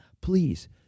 please